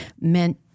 meant